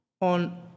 on